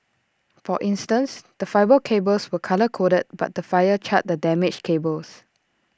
for instance the fibre cables were colour coded but the fire charred the damaged cables